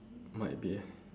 might be